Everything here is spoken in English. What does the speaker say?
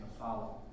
follow